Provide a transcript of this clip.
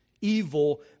Evil